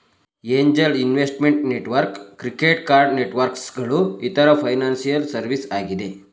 angel investment network, credit card networks ಗಳು ಇತರ financial service ಆಗಿದೆ